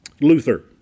Luther